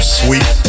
sweet